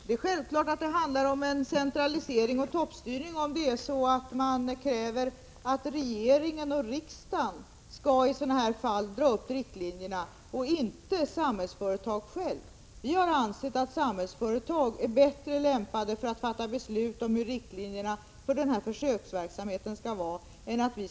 Det är självklart att det handlar om en centralisering och toppstyrning, om man kräver att regeringen och riksdagen skall dra upp riktlinjerna och inte Samhällsföretag självt. Vi har ansett att Samhällsföretag är bättre lämpat att fatta beslut om riktlinjerna för försöksverksamheten än riksdagen och regeringen.